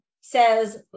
says